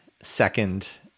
second